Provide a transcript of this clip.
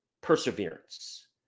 perseverance